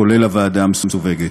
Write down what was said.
כולל הוועדה המסווגת,